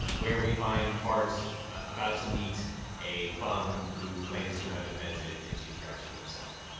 where we find bart about to meet a bum who claims to have invented itchy and scratchy himself.